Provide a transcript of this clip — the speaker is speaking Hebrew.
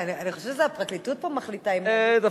אני חושבת שזה הפרקליטות פה מחליטה אם להעמיד את האנשים לדין.